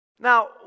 Now